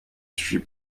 sujet